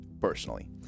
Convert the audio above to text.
personally